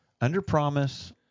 under-promise